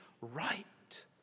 right